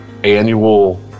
annual